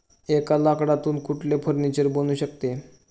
एका लाकडातून कुठले फर्निचर बनू शकते?